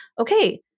okay